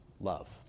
love